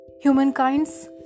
humankind's